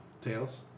Tails